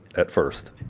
at first